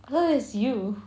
I thought that's you